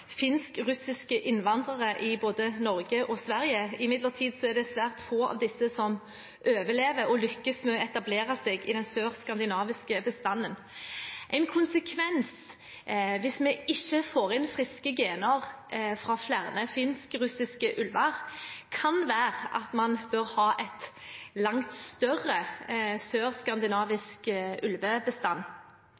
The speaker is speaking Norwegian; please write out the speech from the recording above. innvandrere i både Norge og Sverige. Imidlertid er det svært få av disse som overlever og lykkes med å etablere seg i den sør-skandinaviske bestanden. En konsekvens hvis vi ikke får inn friske gener fra flere finsk-russiske ulver, kan være at man bør ha en langt større